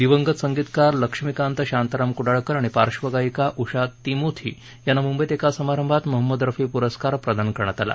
दिवंगत संगीतकार लक्ष्मीकांत शांताराम कुडाळकर आणि पार्धगायिका उषा तिमोथी यांना मुंबईत एका समारंभात मोहम्मद रफी पुरस्कार प्रदान करण्यात आला